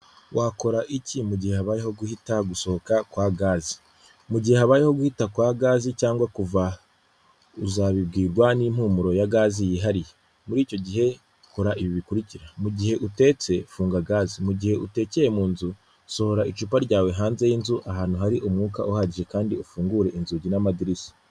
Wakora iki mugihe habayeho guhita, gusohoka kwa gaze? Mugihe habayeho guhita kwa gazi cyangwa uzabibwirwa n'impumuro ya gazi yihariye. Muri icyo gihe kora ibi bikurikira: mugihe utetse funga gaze, mugihe utekeye munzu sohora icupa ryawe hanze y'inzu ahantu hari umwuka uhagije kandi ufungure inzugi n'amadirishya.